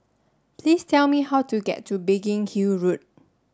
please tell me how to get to Biggin Hill Road